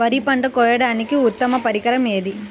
వరి పంట కోయడానికి ఉత్తమ పరికరం ఏది?